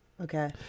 Okay